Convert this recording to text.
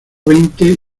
veinte